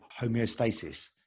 homeostasis